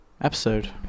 episode